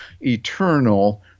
eternal